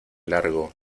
largo